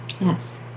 Yes